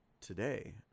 today